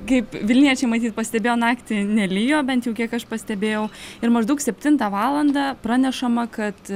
kaip vilniečiai matyt pastebėjo naktį nelijo bent jau kiek aš pastebėjau ir maždaug septintą valandą pranešama kad